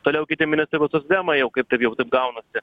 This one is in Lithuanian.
toliau kiti ministrai būtų socdemai jau kaip taip jau taip gaunasi